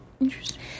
Interesting